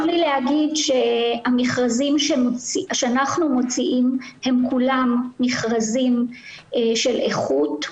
חשוב לי להגיד שהמכרזים שאנחנו מוציאים הם כולם מכרזים של איכות,